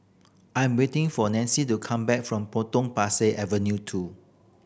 I'm waiting for Nancy to come back from Potong Avenue two